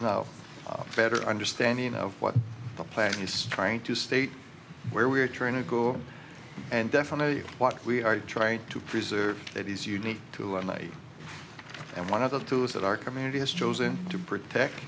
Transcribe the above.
now better understanding of what the plan is trying to state where we are trying to go and definitely what we are trying to preserve that is unique to our night and one of the tools that our community has chosen to protect